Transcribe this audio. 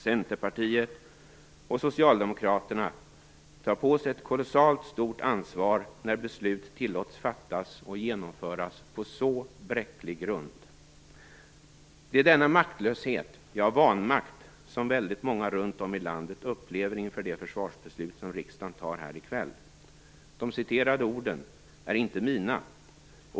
Centerpartiet och socialdemokraterna tar på sig ett kolossalt stort ansvar när beslut tillåts fattas och genomföras på så bräcklig grund." Det är denna maktlöshet, ja vanmakt, som väldigt många runt om i landet upplever inför det försvarsbeslut som riksdagen fattar här i kväll. De citerade orden är inte mina.